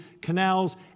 canals